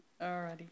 Alrighty